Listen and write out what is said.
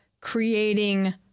creating